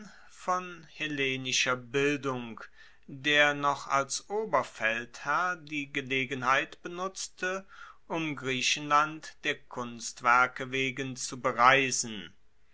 von hellenischer bildung der noch als oberfeldherr die gelegenheit benutzte um griechenland der kunstwerke wegen zu bereisen